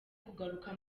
kugaruka